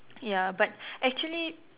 ya but actually